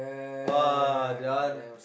ah that one